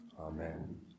Amen